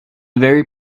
very